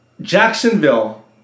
Jacksonville